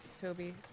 Toby